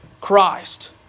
Christ